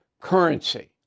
currency